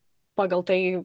pagal tai